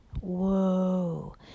Whoa